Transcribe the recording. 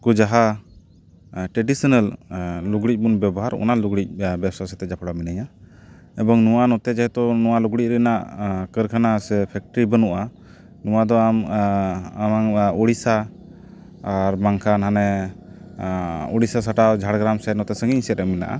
ᱠᱚ ᱡᱟᱦᱟᱸ ᱴᱨᱮᱰᱤᱥᱚᱱᱟᱞ ᱞᱩᱜᱽᱲᱤᱡ ᱵᱚᱱ ᱵᱮᱵᱚᱦᱟᱨ ᱚᱱᱟ ᱞᱩᱜᱽᱲᱤᱡ ᱵᱮᱵᱥᱟ ᱥᱟᱛᱮ ᱡᱚᱯᱲᱟᱣ ᱢᱤᱱᱟᱹᱧᱟ ᱮᱵᱚᱝ ᱱᱚᱣᱟ ᱱᱚᱛᱮ ᱡᱮᱦᱮᱛᱩ ᱱᱚᱣᱟ ᱞᱩᱜᱽᱲᱤᱡ ᱨᱮᱱᱟᱜ ᱠᱟᱹᱨᱠᱷᱟᱱᱟ ᱥᱮ ᱯᱷᱮᱠᱴᱨᱤ ᱵᱟᱹᱱᱩᱜᱼᱟ ᱱᱚᱣᱟ ᱫᱚ ᱟᱢ ᱟᱢᱟᱝ ᱚᱲᱤᱥᱟ ᱟᱨ ᱵᱟᱝᱠᱷᱟᱱ ᱦᱟᱱᱮ ᱚᱲᱤᱥᱟ ᱥᱟᱸᱴᱟᱣ ᱡᱷᱟᱲᱜᱨᱟᱢ ᱥᱮᱫ ᱱᱚᱛᱮ ᱥᱟᱸᱜᱤᱧ ᱥᱮᱫ ᱨᱮ ᱢᱮᱱᱟᱜᱼᱟ